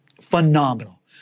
phenomenal